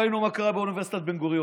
ראינו מה קרה באוניברסיטת בן-גוריון.